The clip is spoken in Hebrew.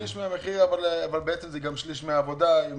שליש מהמחיר, וגם שליש מהעבודה.